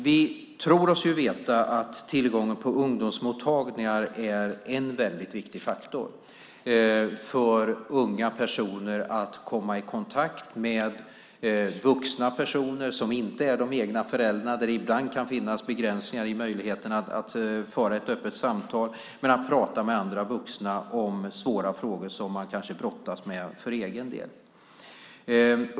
Vi tror oss veta att tillgången på ungdomsmottagningar är en viktig faktor för unga personer när det gäller att komma i kontakt med vuxna personer som inte är de egna föräldrarna, där det ibland kan finnas begränsningar i möjligheten att föra ett öppet samtal. Det handlar om att prata med andra vuxna om svåra frågor som man kanske brottas med för egen del.